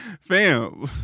Fam